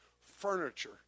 furniture